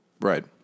right